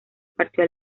partió